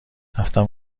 رفتم